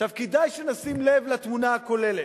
עכשיו, כדאי שנשים לב לתמונה הכוללת.